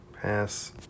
Pass